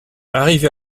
arrivé